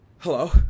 Hello